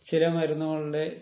ചില മരുന്നുകളുടെ